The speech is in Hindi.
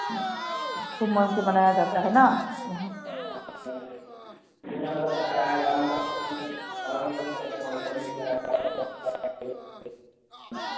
खूब मन से मनाया जाता है न यहाँ